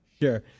Sure